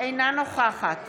אינה נוכחת